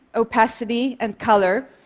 opacity and color,